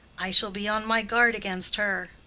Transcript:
i shall be on my guard against her.